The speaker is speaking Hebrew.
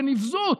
בנבזות,